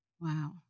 Wow